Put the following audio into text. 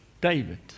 David